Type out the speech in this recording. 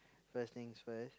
first things first